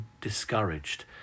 discouraged